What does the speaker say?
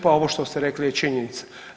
Pa ovo što ste rekli je činjenica.